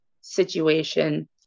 situation